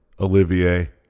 Olivier